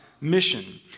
mission